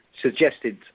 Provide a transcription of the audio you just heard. suggested